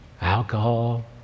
Alcohol